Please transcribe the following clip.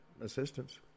assistance